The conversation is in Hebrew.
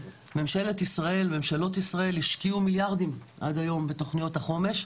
ממשלות ישראל השקיעו מיליארדים עד היום בתוכניות החומש,